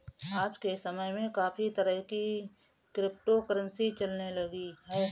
आज के समय में काफी तरह की क्रिप्टो करंसी चलने लगी है